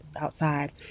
outside